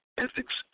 ethics